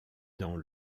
dans